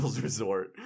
resort